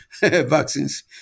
vaccines